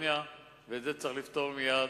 ואת זה צריך לפתור מייד.